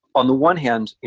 on the one hand,